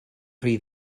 rhy